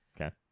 Okay